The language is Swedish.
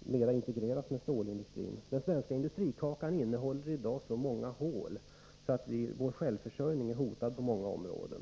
mera integreras med stålindustrin — innehåller i dag så många hål, att vår självförsörjning är hotad på många områden.